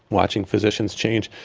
watching physicians change,